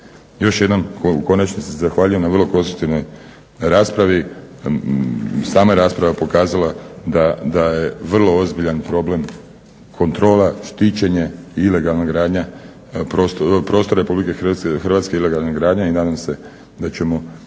Još jednom u konačnici zahvaljujem na vrlo konstruktivnoj raspravi. Sama je rasprava pokazala da je vrlo ozbiljan problem kontrola, štićenje, ilegalna gradnja, prostor Republike Hrvatske, hrvatske ilegalne gradnje i nadam se da ćemo